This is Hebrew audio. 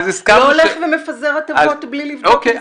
הולך ומפזר הטבות בלי לבדוק --- אוקיי.